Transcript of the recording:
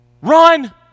Run